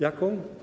Jaką?